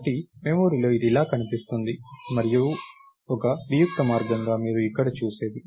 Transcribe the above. కాబట్టి మెమరీలో ఇది ఇలా కనిపిస్తుంది మరియు ఒక వియుక్త మార్గంగా మీరు ఇక్కడ చూసేది